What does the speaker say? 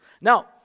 Now